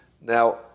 Now